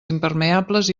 impermeables